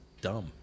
dumb